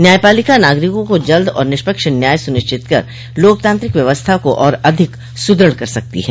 न्यायपालिका नागरिकों को जल्द और निष्पक्ष न्याय सुनिश्चित कर लोकतांत्रिक व्यवस्था को और अधिक सुदृढ़ कर सकती है